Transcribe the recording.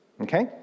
okay